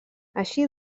així